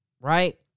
Right